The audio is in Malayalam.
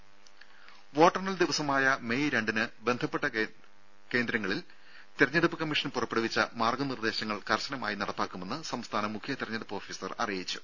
ദേദ വോട്ടെണ്ണൽ ദിവസമായ മെയ് രണ്ടിന് ബന്ധപ്പെട്ട കേന്ദ്രങ്ങളിൽ തെരഞ്ഞെടുപ്പ് കമ്മീഷൻ പുറപ്പെടുവിച്ച മാർഗ്ഗ നിർദ്ദേശങ്ങൾ കർശനമായി നടപ്പാക്കുമെന്ന് സംസ്ഥാന മുഖ്യ തെരഞ്ഞെടുപ്പ് ഓഫീസർ അറിയിച്ചു